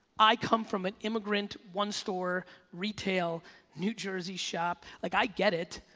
i come from an immigrant one store retail new jersey shop, like i get it.